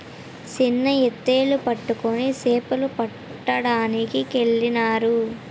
చిన్న ఎత్తిళ్లు పట్టుకొని సేపలు పట్టడానికెళ్ళినారు